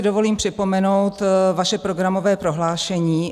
Dovolím si připomenout vaše programové prohlášení.